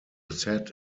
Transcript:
sat